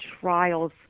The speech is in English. trials